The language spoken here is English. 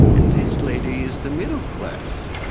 and this lady is the middle class.